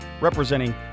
representing